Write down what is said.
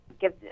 give